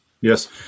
Yes